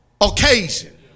occasion